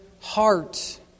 heart